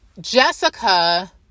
Jessica